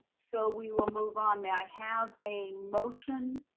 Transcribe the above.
so we will move on, may i have a motion?